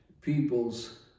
people's